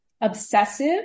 obsessive